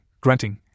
grunting